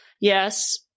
yes